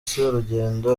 serugendo